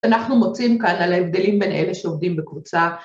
‫אנחנו מוצאים כאן על ההבדלים ‫בין אלה שעובדים בקבוצה.